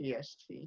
PST